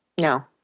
No